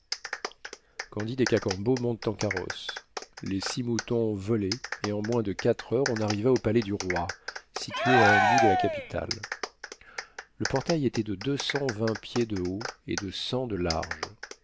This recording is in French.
candide et cacambo montent en carrosse les six moutons volaient et en moins de quatre heures on arriva au palais du roi situé à un bout de la capitale le portail était de deux cent vingt pieds de haut et de cent de large